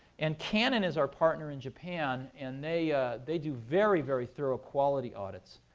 and canon is our partner in japan. and they they do very, very thorough quality audits.